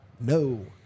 no